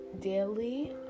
daily